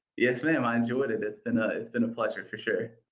yes, ma'am, i enjoyed it. it's been ah it's been a pleasure, for sure.